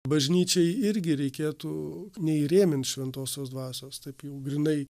bažnyčiai irgi reikėtų neįrėmint šventosios dvasios taip jau grynai